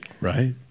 right